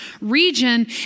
region